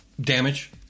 Damage